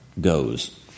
goes